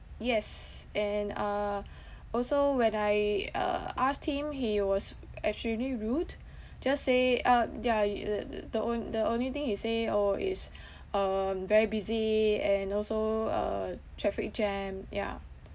yes and uh also when I uh asked him he was extremely rude just say ah ya the the on~ the only thing he say orh is um very busy and also uh traffic jam yeah